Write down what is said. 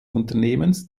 unternehmens